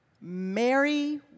Mary